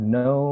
no